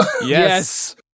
Yes